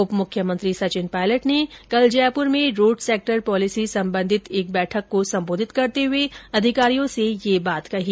उप मुख्यमंत्री सचिन पायलट ने कल जयपुर में रोड सैक्टर पॉलिसी संबंधित एक बैठक को संबोधित करते हुए ये बात कही